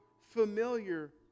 familiar